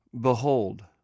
behold